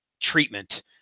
treatment